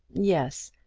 yes.